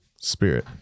spirit